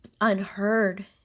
unheard